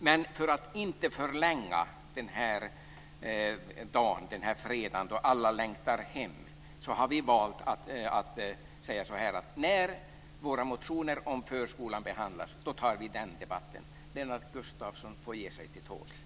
Men för att inte förlänga den här fredagen då alla längtar hem har vi valt att säga att i samband med att våra motioner om förskolan ska behandlas tar vi den debatten då. Lennart Gustavsson får ge sig till tåls.